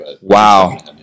Wow